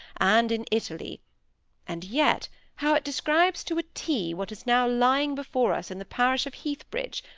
and in italy and yet how it describes to a t what is now lying before us in the parish of heathbridge,